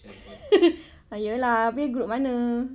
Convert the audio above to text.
ha ya lah habis group mana